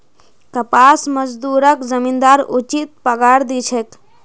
कपास मजदूरक जमींदार उचित पगार दी छेक